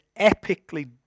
epically